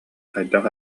хайдах